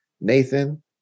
Nathan